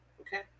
Okay